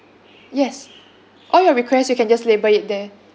yes all your requests you can just label it there